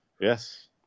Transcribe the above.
Yes